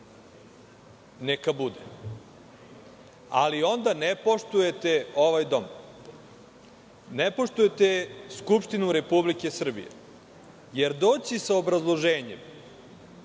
Neka bude, ali onda ne poštujete ovaj dom. Ne poštujete Skupštinu Republike Srbije, jer doći sa obrazloženjem